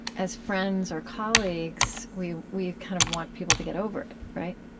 as friends or colleagues, we we kind of want people to get over it, right?